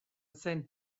zen